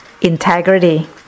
Integrity